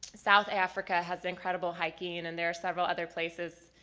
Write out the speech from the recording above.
south africa has incredible hiking and there are several other places,